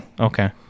Okay